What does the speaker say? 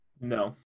No